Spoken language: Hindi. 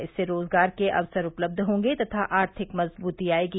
इससे रोजगार के अवसर उपलब्ध होंगे तथा आर्थिक मजबूती आयेगी